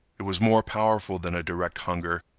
it was more powerful than a direct hunger.